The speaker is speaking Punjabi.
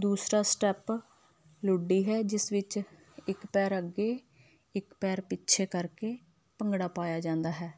ਦੂਸਰਾ ਸਟੈਪ ਲੁੱਡੀ ਹੈ ਜਿਸ ਵਿੱਚ ਇੱਕ ਪੈਰ ਅੱਗੇ ਇੱਕ ਪੈਰ ਪਿੱਛੇ ਕਰਕੇ ਭੰਗੜਾ ਪਾਇਆ ਜਾਂਦਾ ਹੈ